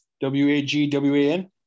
W-A-G-W-A-N